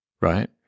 right